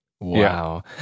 Wow